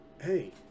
hey